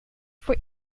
voor